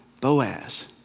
Boaz